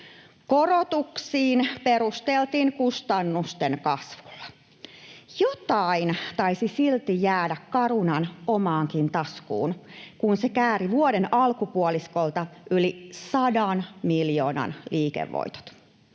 Korotuksia perusteltiin kustannusten kasvulla. Jotain taisi silti jäädä Carunan omaankin taskuun, kun se kääri vuoden alkupuoliskolta yli 100 miljoonan liikevoitot.